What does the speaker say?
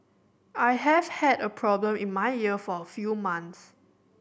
I have had a problem in my ear for a few months